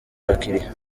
abakiriya